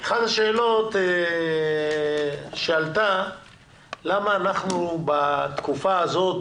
אחת השאלות שעלתה - למה אנחנו בתקופה הזאת,